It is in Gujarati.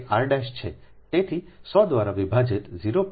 તેથી સો દ્વારા વિભાજીત 0